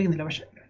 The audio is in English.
the and ocean